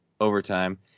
overtime